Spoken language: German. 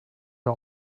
der